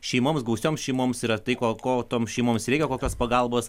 šeimoms gausioms šeimoms yra tai ko ko toms šeimoms reikia kokios pagalbos